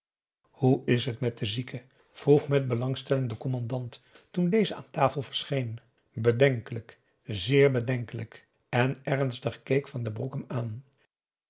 hoe is het met den zieke vroeg met belangstelling de commandant toen deze aan tafel verscheen bedenkelijk zeer bedenkelijk en ernstig keek van den broek hem aan